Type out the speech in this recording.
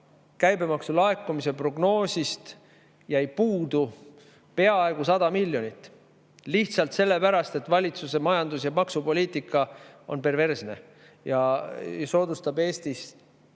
käibemaksulaekumise prognoosist jäi puudu peaaegu 100 miljonit lihtsalt sellepärast, et valitsuse majandus‑ ja maksupoliitika on perversne ja tõukab tagant